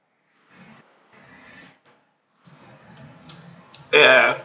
ya ya